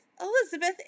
Elizabeth